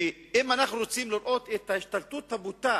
ואם אנו רוצים לראות את ההשתלטות הבוטה